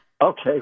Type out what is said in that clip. Okay